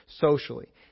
socially